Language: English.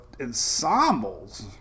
ensembles